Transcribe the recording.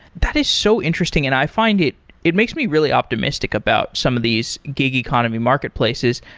that is so interesting. and i find it it makes me really optimistic about some of these gig economy marketplaces.